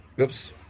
Oops